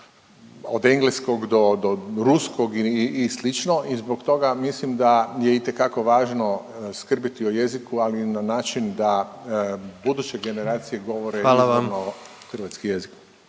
od engleskog do, do ruskog i slično i zbog toga mislim da je itekako važno skrbiti o jeziku, ali i na način da buduće generacije govore … .../Upadica: